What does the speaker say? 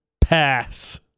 pass